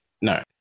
No